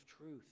truth